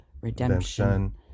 redemption